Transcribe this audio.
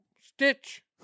Stitch